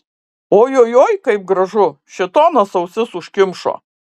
oi oi oi kaip gražu šėtonas ausis užkimšo